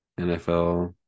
NFL